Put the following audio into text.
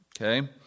Okay